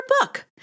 book